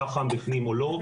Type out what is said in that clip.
שח"מ בפנים או לא?